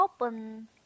open